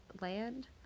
land